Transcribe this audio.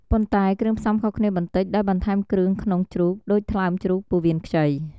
ប៉ុន្តែគ្រឿងផ្សំខុសគ្នាបន្តិច ដោយបន្ថែមគ្រឿងក្នុងជ្រូកដូច ថ្លើមជ្រូក ពោះវៀនខ្ចី ។